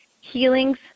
healings